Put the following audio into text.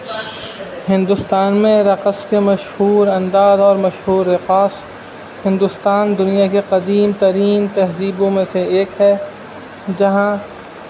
ہندوستان میں رقص کے مشہور انداز اور مشہور رقاص ہندوستان دنیا کے قدیم ترین تہذیبوں میں سے ایک ہے جہاں